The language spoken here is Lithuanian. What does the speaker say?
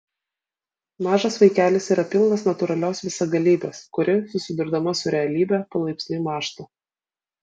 mažas vaikelis yra pilnas natūralios visagalybės kuri susidurdama su realybe palaipsniui mąžta